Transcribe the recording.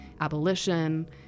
abolition